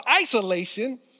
isolation